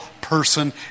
person